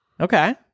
Okay